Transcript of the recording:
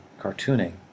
cartooning